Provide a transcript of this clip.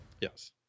Yes